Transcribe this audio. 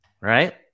right